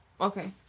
Okay